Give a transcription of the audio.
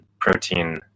protein